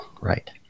right